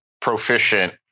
proficient